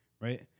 right